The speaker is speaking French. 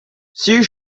six